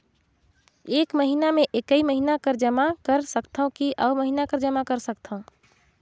एक महीना मे एकई महीना कर जमा कर सकथव कि अउ महीना कर जमा कर सकथव?